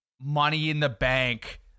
money-in-the-bank